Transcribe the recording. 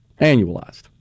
annualized